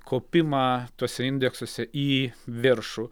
kopimą tuose indeksuose į viršų